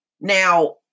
Now